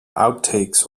outtakes